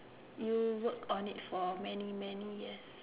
you work on it for many many years